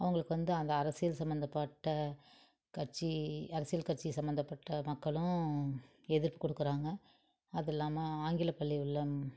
அவங்களுக்கு வந்து அந்த அரசியல் சம்மந்தப்பட்ட கட்சி அரசியல் கட்சி சம்மந்தப்பட்ட மக்களும் எதிர்ப்பு கொடுக்குறாங்க அது இல்லாமல் ஆங்கில பள்ளி உள்ள